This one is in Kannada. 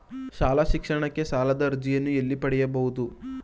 ಶಾಲಾ ಶಿಕ್ಷಣಕ್ಕೆ ಸಾಲದ ಅರ್ಜಿಯನ್ನು ಎಲ್ಲಿ ಪಡೆಯಬಹುದು?